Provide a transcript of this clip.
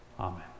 Amen